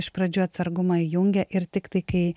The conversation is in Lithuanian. iš pradžių atsargumą įjungia ir tiktai kai